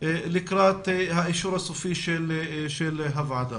לקראת האישור הסופי של הוועדה.